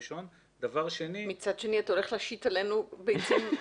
מצד שני אתה הולך להשית עלינו ביצים.